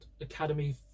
academy